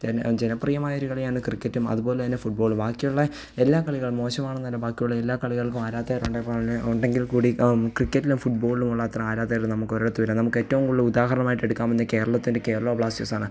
ജനപ്രിയമായൊരു കളിയാണ് ക്രിക്കറ്റും അതുപോലെ തന്നെ ഫുട്ബോളും ബാക്കിയുള്ള എല്ലാ കളികളും മോശമാണെന്നല്ല ബാക്കിയുള്ള എല്ലാ കളികൾക്കും ആരാധകരുണ്ട് പോലെ ഉണ്ടെങ്കിൽ കൂടി ക്രിക്കറ്റിലും ഫുട്ബോളിലും ഉള്ളത്ര ആരാധകർ നമുക്കൊരെടത്തുമില്ല നമുക്കേറ്റോം കൂടുതൽ ഉദാഹരണമായിട്ട് എടുക്കാവുന്നത് കേരളത്തിൻ്റെ കേരള ബ്ലാസ്റ്റേഴ്സാണ്